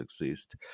exist